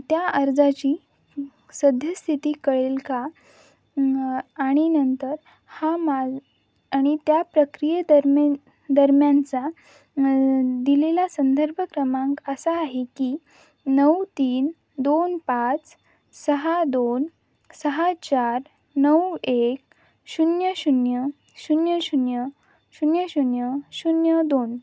त्या अर्जाची सद्यस्थिती कळेल का आणि नंतर हा माल आणि त्या प्रक्रियेदरम्यान दरम्यानचा दिलेला संदर्भ क्रमांक असा आहे की नऊ तीन दोन पाच सहा दोन सहा चार नऊ एक शून्य शून्य शून्य शून्य शून्य शून्य शून्य दोन